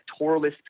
electoralist